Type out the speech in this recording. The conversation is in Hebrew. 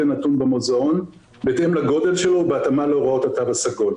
נתון במוזיאון בהתאם לגודל שלו ובהתאמה להוראות התו הסגול.